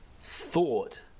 thought